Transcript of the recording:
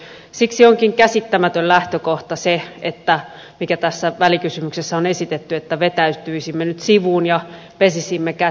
siksi onkin käsittämätön lähtökohta se mikä tässä välikysymyksessä on esitetty että vetäytyisimme nyt sivuun ja pesisimme kätemme